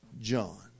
John